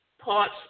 parts